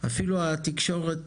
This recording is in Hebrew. אפילו התקשורת